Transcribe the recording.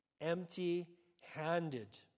empty-handed